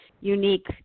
unique